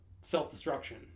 self-destruction